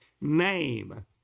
name